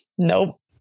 nope